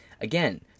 Again